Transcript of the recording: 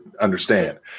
understand